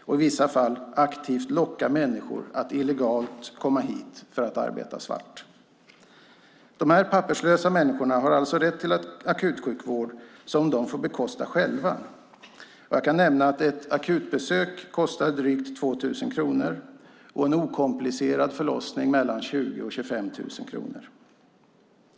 och i vissa fall aktivt locka människor att illegalt komma hit för att arbeta svart. Dessa papperslösa människor har alltså rätt till akutsjukvård som de får bekosta själva. Jag kan nämna att ett akutbesök kostar drygt 2 000 kronor och en okomplicerad förlossning mellan 20 000 och 25 000 kronor.